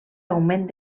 augment